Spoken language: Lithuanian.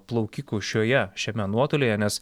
plaukikų šioje šiame nuotolyje nes